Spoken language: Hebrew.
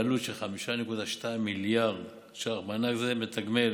בעלות של 5.2 מיליארד ש"ח, מענק זה מתגמל